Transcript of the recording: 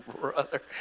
brother